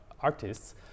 artists